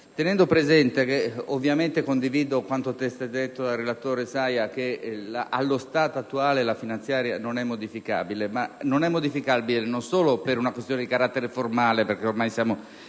concentrato. Ovviamente condivido quanto testé detto dal relatore Saia, e cioè che allo stato attuale la finanziaria non è modificabile. Ma non è modificabile non solo per una questione di carattere formale, perché ormai siamo